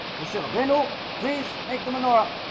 bullshit ok no. please make the menorah